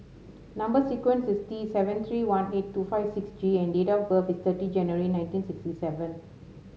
number sequence is T seven three one eight two five six G and date of birth is thirty January nineteen sixty seven